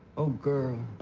oh, girl.